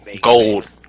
Gold